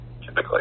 Typically